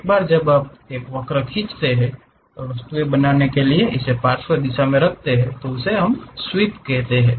एक बार जब आप एक वक्र खींचते हैं तो आप वस्तु बनाने के लिए इसे पार्श्व दिशा में वास्तव में स्वीप कर रहे होते हैं